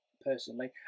personally